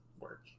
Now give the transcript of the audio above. work